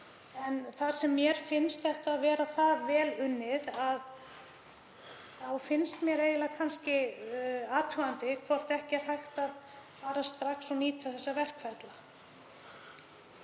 En þar sem mér finnst þetta vera það vel unnið finnst mér eiginlega athugandi hvort ekki sé hægt að fara strax og nýta þessa verkferla.